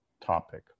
topic